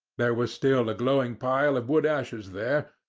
there was still a glowing pile of wood ashes there,